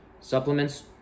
Supplements